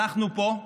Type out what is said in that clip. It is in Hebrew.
אנחנו פה,